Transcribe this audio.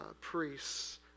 priests